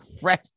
fresh